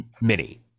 mini